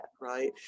right